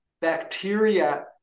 bacteria